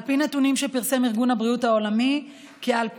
על פי נתונים שפרסם ארגון הבריאות העולמי כ-2,500